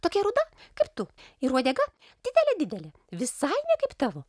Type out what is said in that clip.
tokia ruda kaip tu ir uodega didelė didelė visai ne kaip tavo